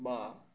বা